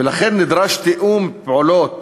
ולכן נדרש תיאום פעולות